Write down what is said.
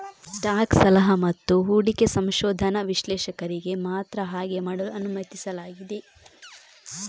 stock ಸಲಹಾ ಮತ್ತು ಹೂಡಿಕೆ ಸಂಶೋಧನಾ ವಿಶ್ಲೇಷಕರಿಗೆ ಮಾತ್ರ ಹಾಗೆ ಮಾಡಲು ಅನುಮತಿಸಲಾಗಿದೆ